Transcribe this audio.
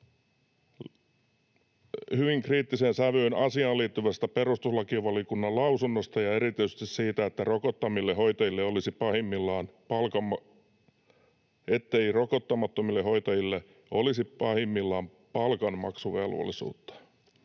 hyvin kriittiseen sävyyn asiaan liittyvästä perustuslakivaliokunnan lausunnosta ja erityisesti siitä, ettei rokottamattomille hoitajille olisi pahimmillaan palkanmaksuvelvollisuutta: